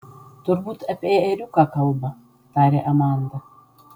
turbūt apie ėriuką kalba tarė amanda